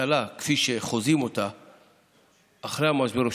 אבטלה כפי שחוזים אותה אחרי המשבר או